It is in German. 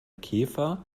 käfer